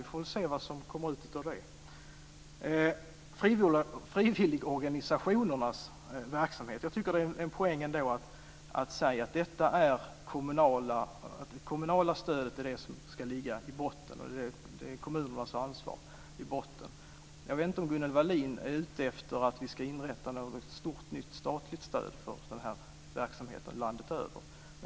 Vi får väl se vad som kommer ut av det. När det gäller frivilligorganisationernas verksamhet tycker jag att det ändå är en poäng i att säga att det kommunala stödet ska ligga i botten. I grunden är det nämligen kommunernas ansvar. Jag vet inte om Gunnel Wallin är ute efter att få inrättat ett stort nytt statligt stöd för den här verksamheten landet över.